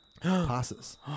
passes